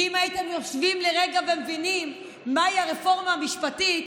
כי אם הייתם יושבים לרגע ומבינים מהי הרפורמה המשפטית,